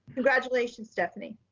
congratulations, stephanie.